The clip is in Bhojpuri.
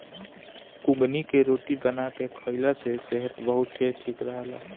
कुगनी के रोटी बना के खाईला से सेहत बहुते ठीक रहेला